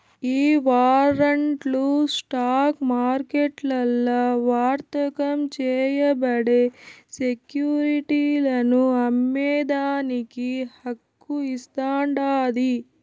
ఈ వారంట్లు స్టాక్ మార్కెట్లల్ల వర్తకం చేయబడే సెక్యురిటీలను అమ్మేదానికి హక్కు ఇస్తాండాయి